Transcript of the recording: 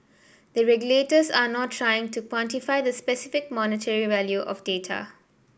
the regulators are not trying to quantify the specific monetary value of data